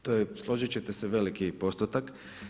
To je složit ćete se veliki postotak.